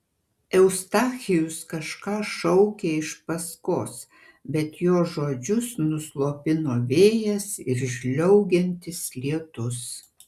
eustachijus kažką šaukė iš paskos bet jo žodžius nuslopino vėjas ir žliaugiantis lietus